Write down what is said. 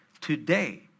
today